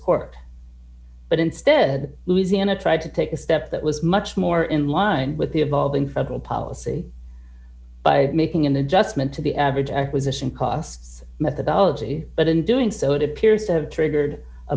court but instead louisiana tried to take a step that was much more in line with the evolving federal policy by making an adjustment to the average acquisition costs methodology but in doing so it appears to have triggered a